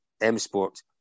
M-Sport